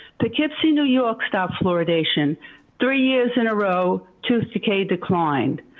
poughkeepsie new york stock fluoridation three years in a row, tooth decay declined.